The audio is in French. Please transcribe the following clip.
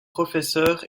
professeurs